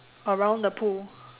around the pool